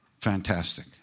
fantastic